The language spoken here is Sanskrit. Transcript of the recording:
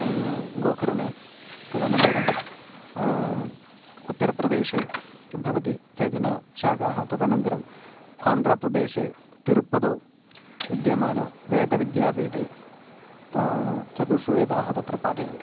गोकर्णे तदनन्तरम् उत्तरप्रदेशे भवति केचन शाखाः तदनन्तरम् आन्ध्रप्रदेशे तिरुप्पतौ विद्यमानवेदविद्यापीठे चतुर्षु वेदाः तत्र पाठयन्ति